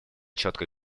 четкой